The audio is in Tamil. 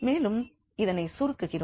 மேலும் இதனை சுருக்குகிறோம்